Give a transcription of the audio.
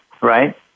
right